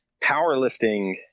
powerlifting